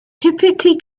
typically